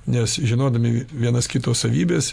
nes žinodami vienas kito savybes